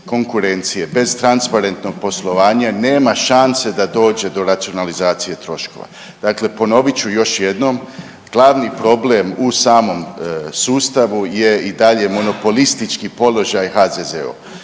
bez transparentnog poslovanja nema šanse da dođe do racionalizacije troškova. Dakle ponovit ću još jednom, glavni problem u samom sustavu je i dalje monopolistički položaj HZZO.